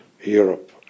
Europe